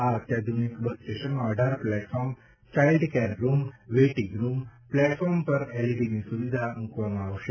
આ અત્યાધુનિક બસ સ્ટેશનમાં અઢાર platform child care room waiting room platform પર એલઇડીની સુવિધા મૂકવામાં આવશે